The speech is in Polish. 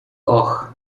och